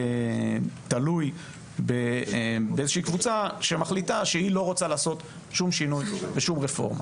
תלוי בקבוצה שלא רוצה לעשות שום שינוי ושום רפורמה.